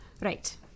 Right